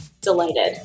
delighted